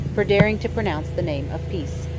for daring to pronounce the name of peace.